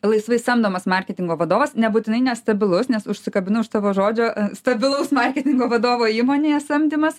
laisvai samdomas marketingo vadovas nebūtinai nestabilus nes užsikabinu už tavo žodžio stabilaus marketingo vadovo įmonėje samdymas